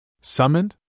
Summoned